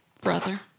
brother